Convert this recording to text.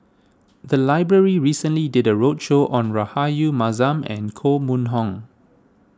the library recently did a roadshow on Rahayu Mahzam and Koh Mun Hong